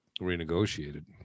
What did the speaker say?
renegotiated